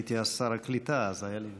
הייתי אז שר הקליטה, אז היה לי משבר.